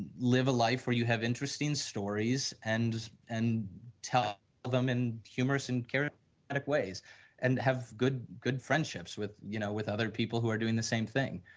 live a life where you have interesting stories and and tell them in humorous and like ways and have good good friendships with you know with other people who are doing the same thing,